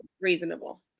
reasonable